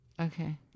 Okay